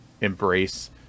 embrace